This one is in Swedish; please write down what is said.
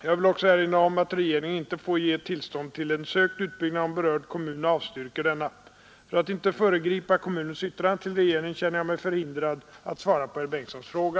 Jag vill också erinra om att regeringen inte får ge tillstånd till en sökt utbyggnad om berörd kommun avstyrker denna. För att inte föregripa kommunens yttrande till regeringen känner jag mig förhindrad att svara på herr Bengtssons fråga.